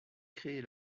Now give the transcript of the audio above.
créée